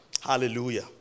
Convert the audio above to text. Hallelujah